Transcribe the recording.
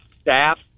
staff